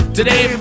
Today